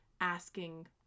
asking